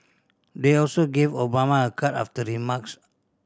they also gave Obama a card after the remarks